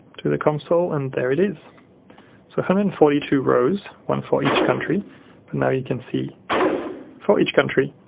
to the console and there it is. so one hundred and forty two rows, one for each country and now you can see for each country